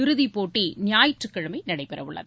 இறுதிப்போட்டி ஞாயிற்றுக்கிழமை நடைபெறவுள்ளது